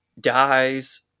dies